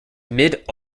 mid